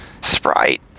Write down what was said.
Sprite